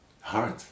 Hard